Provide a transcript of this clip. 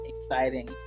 exciting